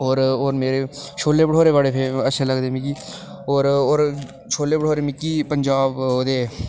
और और मेरे छोले भठोरे बड़े फेमस अच्छे लगदे न मिगी और और छोले भठोरे मिगी पंजाब दे